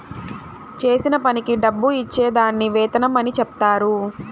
చేసిన పనికి డబ్బు ఇచ్చే దాన్ని వేతనం అని చెప్తారు